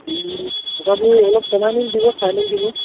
এই তথাপি অলপ কমাই মিল দিব চাই মেলি দিব